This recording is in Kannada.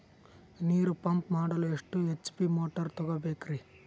ನೀರು ಪಂಪ್ ಮಾಡಲು ಎಷ್ಟು ಎಚ್.ಪಿ ಮೋಟಾರ್ ತಗೊಬೇಕ್ರಿ?